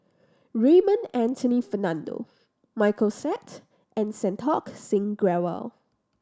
Raymond Anthony Fernando Michael Seet and Santokh Singh Grewal